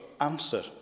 answer